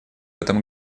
этом